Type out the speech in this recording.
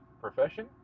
profession